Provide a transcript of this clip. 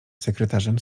sekretarzem